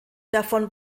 davon